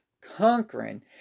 conquering